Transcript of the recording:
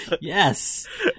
Yes